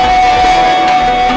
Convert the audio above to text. and